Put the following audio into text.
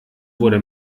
wurde